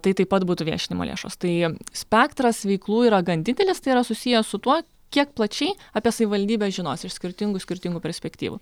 tai taip pat būtų viešinimo lėšos tai spektras veiklų yra gan didelis tai yra susiję su tuo kiek plačiai apie savivaldybę žinos iš skirtingų skirtingų perspektyvų